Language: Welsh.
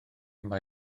mai